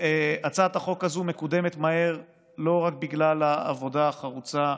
שהצעת החוק הזו מקודמת מהר לא רק בגלל העבודה החרוצה